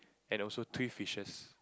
and also three fishes